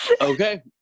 Okay